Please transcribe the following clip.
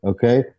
Okay